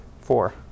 four